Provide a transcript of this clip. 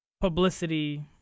publicity